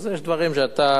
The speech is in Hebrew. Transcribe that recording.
אז יש דברים שאתה,